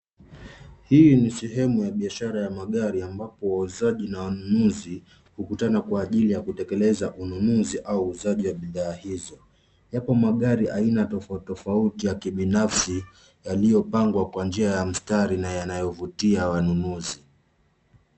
Hii ni sehemu ya biashara ya magari ambapo wauzaji na wanunuzi hukutana kwa ajili ya kutekeleza ununuzi au uzaji bidhaa hizo. Yapo magari aina tofauti tofauti ya kibinafsi yalio pangwa kwa njia ya mstari na yanayovutia wanunuzi.